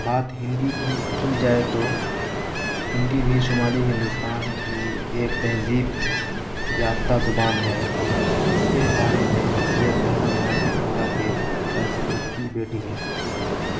بات ہندی کی کی جائے تو ہندی بھی شمالی ہندوستان کی ایک تہذیب یافتہ زبان ہے جس کے بارے میں یہ کہنا مناسب ہوگا کہ سنسکرت کی بیٹی ہے